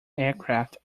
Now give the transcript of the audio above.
aircraft